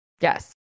Yes